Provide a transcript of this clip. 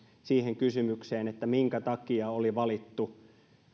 siihen kysymykseen minkä takia oli valittu